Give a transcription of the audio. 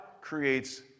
creates